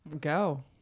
Go